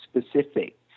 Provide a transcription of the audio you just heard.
specific